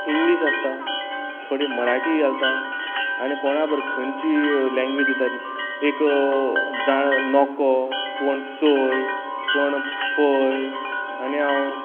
English आसता थोडी मराठी घालता आनी कोणाबर खंयची लँग्वेज उलयत एक जाण नॉको कोण चोय कोण पय आनी हांव